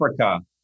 Africa